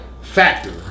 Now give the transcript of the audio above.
factor